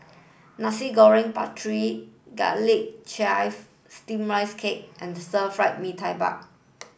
Nasi Goreng Pattaya garlic chive steam rice cake and Stir Fried Mee Tai Mak